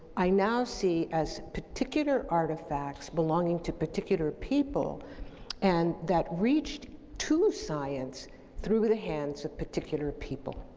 i now see as particular artifacts belonging to particular people and that reached to science through the hands of particular people.